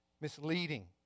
misleading